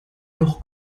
noch